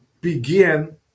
begin